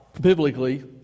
biblically